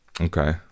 Okay